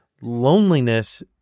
loneliness